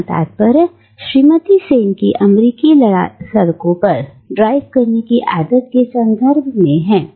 यहां तात्पर्य श्रीमती सेन की अमेरिकी सड़कों पर ड्राइव करने की अक्षमता के संदर्भ में है